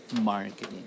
marketing